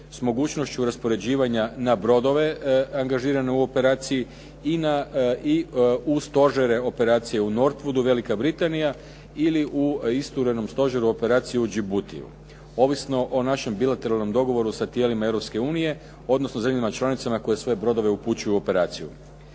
s mogućnošću raspoređivanja na brodove angažirane u operaciji i u stožere operacije u Nortvudu Velika Britanija ili u isturenom stožeru operacije u Džibutiju, ovisno o našem bilateralnom dogovoru sa tijelima Europske unije odnosno zemljama članicama koje svoje brodove upućuju u operaciju.